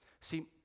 See